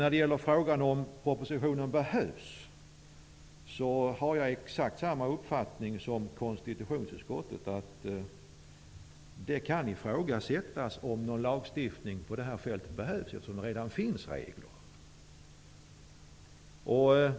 När det gäller frågan om huruvida propositionen behövs har jag exakt samma uppfattning som konstitutionsutskottet, nämligen att det kan ifrågasättas om någon lagstiftning på det här fältet behövs. Det finns ju redan regler.